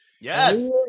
Yes